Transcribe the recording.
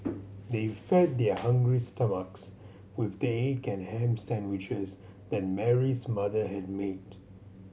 they fed their hungry stomachs with the egg and ham sandwiches that Mary's mother had made